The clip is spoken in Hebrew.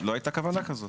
לא הייתה כוונה כזאת.